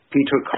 Peter